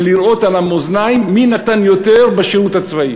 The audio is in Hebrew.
ולראות על המאזניים מי נתן יותר בשירות הצבאי.